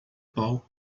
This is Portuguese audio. pau